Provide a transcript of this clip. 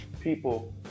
people